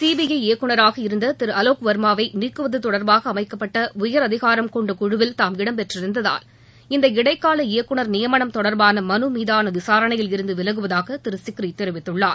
CBI இயக்குனராக இருந்த திரு அலோக் வர்மாவை நீக்குவது தொடர்பாக அமைக்கப்பட்ட உயர் அதிகாரம் கொண்ட குழுவில் தாம் இடம் பெற்றிருந்ததால் இந்த இடைக்கால இயக்குனர் நியமனம் தொடர்பான மனு மீதான விசாரணையில் இருந்து விலகுவதாக திரு சிக்ரி தெரிவித்துள்ளார்